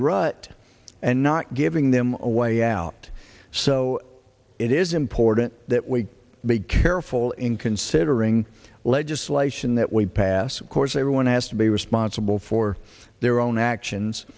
rut and not giving them a way out so it is important that we big careful in considering legislation that we pass course everyone has to be responsible for their own actions